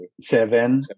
seven